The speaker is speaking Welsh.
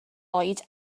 oed